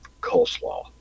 coleslaw